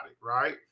right